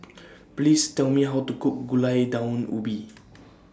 Please Tell Me How to Cook Gulai Daun Ubi